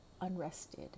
unrested